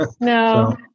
no